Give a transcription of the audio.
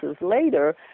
later